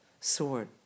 sword